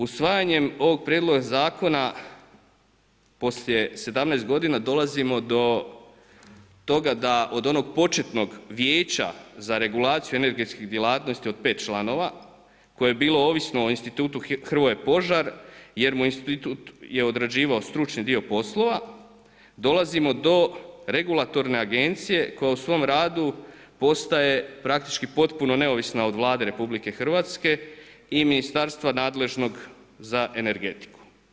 Usvajanjem ovog prijedloga zakona poslije 17 g. dolazimo do toga da od onog početnog Vijeća za regulaciju energetskih djelatnosti od 5 članova koje je bilo ovisno o Institutu Hrvoje Požar jer mu je institut odrađivao stručni dio poslova, dolazimo do regulatorne agencije koja u svom radu postaje praktički potpuno neovisna od Vlade Rh i ministarstva nadležnog za energetiku.